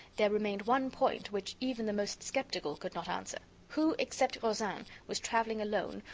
there remained one point which even the most skeptical could not answer who except rozaine, was traveling alone,